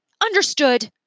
Understood